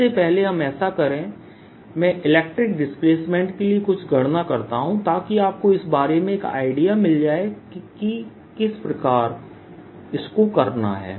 इससे पहले हम ऐसा करें मैं इलेक्ट्रिक डिस्प्लेसमेंट के लिए कुछ गणना करता हूँ ताकि आपको इस बारे में एक आइडिया मिल जाए किस को किस प्रकार करना है